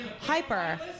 hyper